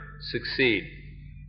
succeed